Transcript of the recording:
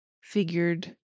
figured